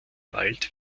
bald